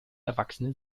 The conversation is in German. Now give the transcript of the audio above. erwachsene